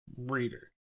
reader